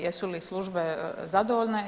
Jesu li službe zadovoljne?